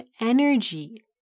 energy